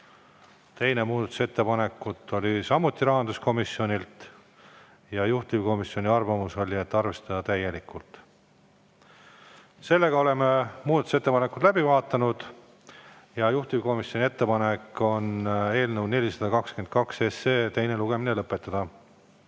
Teine muudatusettepanek oli samuti rahanduskomisjonilt ja juhtivkomisjoni arvamus oli, et arvestada seda täielikult. Oleme muudatusettepanekud läbi vaadanud. Juhtivkomisjoni ettepanek on eelnõu 422 teine lugemine lõpetada.